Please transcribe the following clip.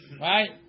Right